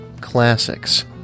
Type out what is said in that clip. Classics